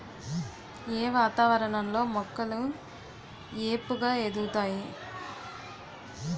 ఏ వాతావరణం లో మొక్కలు ఏపుగ ఎదుగుతాయి?